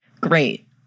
Great